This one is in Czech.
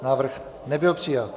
Návrh nebyl přijat.